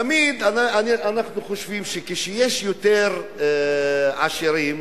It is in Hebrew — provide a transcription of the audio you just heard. תמיד אנחנו חושבים שכשיש יותר עשירים,